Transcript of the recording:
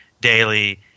Daily